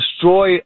destroy